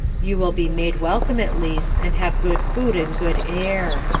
you will be made welcome, at least, and have good food and good air.